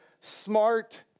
smart